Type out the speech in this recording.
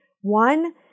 One